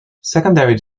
secondary